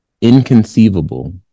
inconceivable